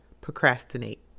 procrastinate